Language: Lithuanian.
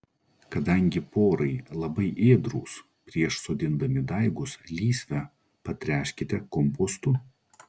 kadangi porai labai ėdrūs prieš sodindami daigus lysvę patręškite kompostu